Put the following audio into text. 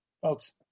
folks